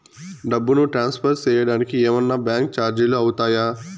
డబ్బును ట్రాన్స్ఫర్ సేయడానికి ఏమన్నా బ్యాంకు చార్జీలు అవుతాయా?